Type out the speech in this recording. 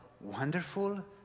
wonderful